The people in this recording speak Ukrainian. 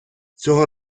цього